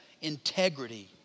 integrity